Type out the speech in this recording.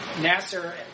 Nasser